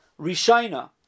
rishaina